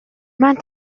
маань